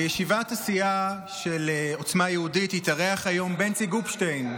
בישיבת הסיעה של עוצמה יהודית התארח היום בנצי גופשטיין,